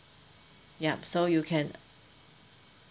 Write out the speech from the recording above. yup so you can